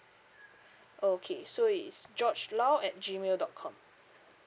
okay so it's george lau at G mail dot com